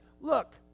Look